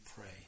pray